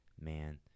man